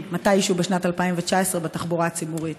מתישהו בשנת 2019 בתחבורה הציבורית?